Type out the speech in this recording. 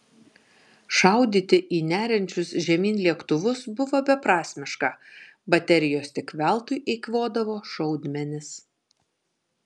šaudyti į neriančius žemyn lėktuvus buvo beprasmiška baterijos tik veltui eikvodavo šaudmenis